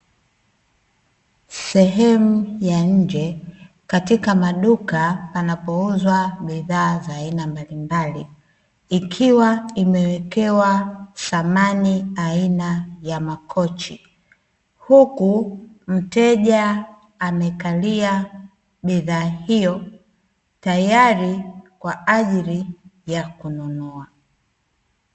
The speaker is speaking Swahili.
Sehemu ya nje, katika maduka panapouzwa bidhaa za aina mbalimbali. Ikiwa imewekewa samani aina ya makochi, huku mteja amekalia bidhaa hiyo, tayari kwa ajili ya kununua.